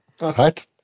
right